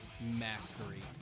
mastery